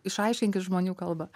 išaiškinkit žmonių kalba